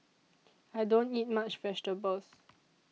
I don't eat much vegetables